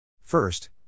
First